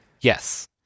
Yes